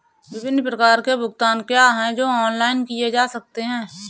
विभिन्न प्रकार के भुगतान क्या हैं जो ऑनलाइन किए जा सकते हैं?